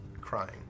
crying